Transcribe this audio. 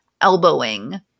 elbowing